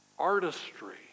artistry